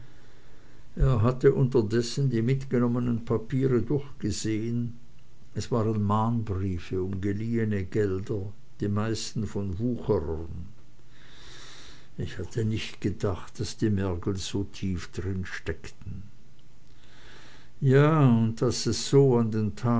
er hatte unterdessen die mitgenommenen papiere durchgesehen es waren mahnbriefe um geliehene gelder die meisten von wucherern ich hätte nicht gedacht murmelte er daß die mergels so tief drinsteckten ja und daß es so